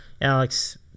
Alex